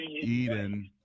Eden